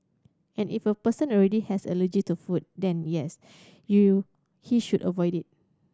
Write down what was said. and if a person already has allergy to food then yes you he should avoid it